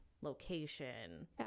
location